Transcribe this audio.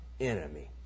enemy